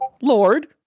Lord